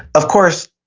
of course,